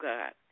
God